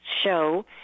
show